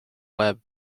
web